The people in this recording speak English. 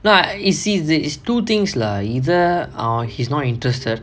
no you see it is two things lah either err he's not interested